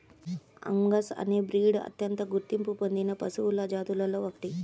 Angus అనే breed అత్యంత గుర్తింపు పొందిన పశువుల జాతులలో ఒకటి